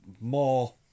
more